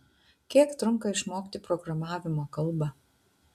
kiek trunka išmokti programavimo kalbą